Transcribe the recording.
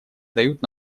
дают